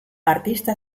artista